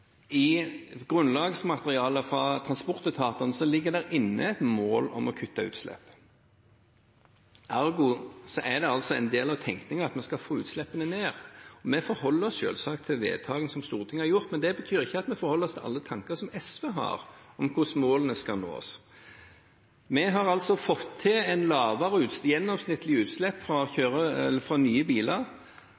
I grunnlagsmaterialet fra transportetatene ligger det inne et mål om å kutte utslipp. Ergo er det altså en del av tenkningen at vi skal få utslippene ned. Vi forholder oss selvsagt til vedtakene Stortinget har gjort, men det betyr ikke at vi forholder oss til alle tanker SV har om hvordan målene skal nås. Vi har fått til lavere gjennomsnittlig utslipp fra